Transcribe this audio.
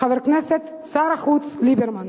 חבר הכנסת, שר החוץ ליברמן,